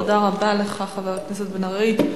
תודה רבה לך, חבר הכנסת בן-ארי.